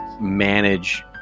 manage